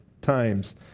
times